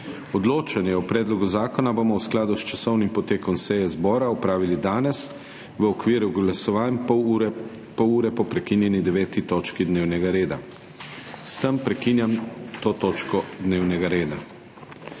Odločanje o predlogu zakona bomo v skladu s časovnim potekom seje zbora opravili danes v okviru glasovanj, pol ure po prekinjeni 9. točki dnevnega reda. S tem prekinjam to točko dnevnega reda.